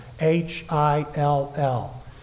H-I-L-L